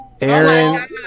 Aaron